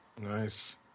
Nice